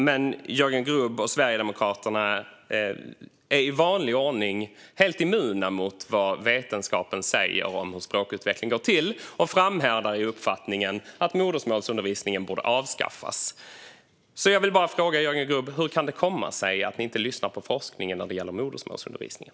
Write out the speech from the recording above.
Men Jörgen Grubb och Sverigedemokraterna är i vanlig ordning helt immuna mot vad vetenskapen säger om hur språkutveckling går till och framhärdar i uppfattningen att modersmålsundervisningen borde avskaffas. Jag vill fråga Jörgen Grubb: Hur kan det komma sig att ni inte lyssnar på forskningen när det gäller modersmålsundervisningen?